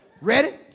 Ready